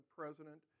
president